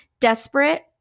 Desperate